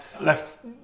left